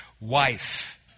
wife